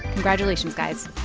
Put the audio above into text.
congratulations, guys